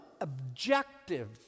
objective